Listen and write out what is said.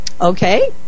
Okay